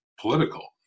political